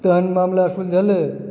तहन मामला सुलझलए